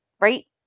right